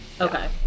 Okay